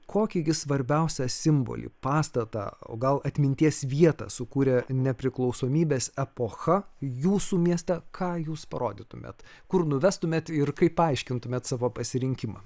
kokį gi svarbiausią simbolį pastatą o gal atminties vietą sukūrė nepriklausomybės epocha jūsų mieste ką jūs parodytumėt kur nuvestumėt ir kaip paaiškintumėt savo pasirinkimą